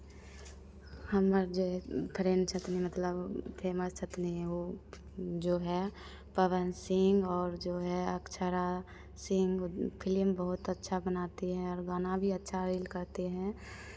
हमर जे फ्रेंड छथनी मतलब फेमस छथनी वो जो है पवन सिंह और जो है अक्षरा सिंह फिल्म बहुत अच्छा बनाती हैं और गाना भी अच्छा रील करती हैं